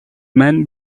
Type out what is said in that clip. men